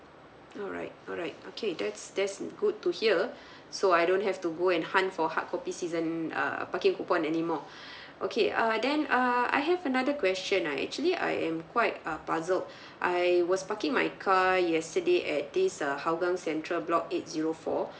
alright alright okay that's that's good to hear so I don't have to go and hunt for hard copy season err parking coupon anymore okay uh then err I have another question ah actually I am quite uh puzzled I was parking my car yesterday at this uh hougang central block eight zero four